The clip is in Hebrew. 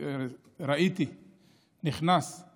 ראיתי את